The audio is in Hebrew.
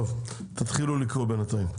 טוב, תתחילו לקרוא בינתיים.